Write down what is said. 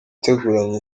ateguranye